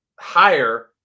higher